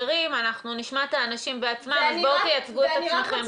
אנשים שמתחתנים ומעבירים מסמכים לישראל